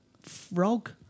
frog